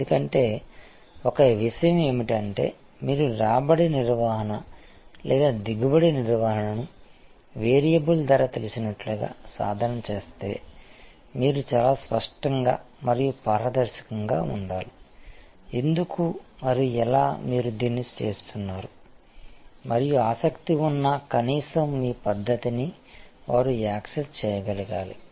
ఎందుకంటే ఒక విషయం ఏమిటంటే మీరు రాబడి నిర్వహణ లేదా దిగుబడి నిర్వహణను వేరియబుల్ ధర తెలిసినట్లుగా సాధన చేస్తే మీరు చాలా స్పష్టంగా మరియు పారదర్శకంగా ఉండాలి ఎందుకు మరియు ఎలా మీరు దీన్ని చేస్తున్నారు మరియు ఆసక్తి ఉన్న కనీసం మీ పద్దతి నీ వారు యాక్సెస్ చేయగలగాలి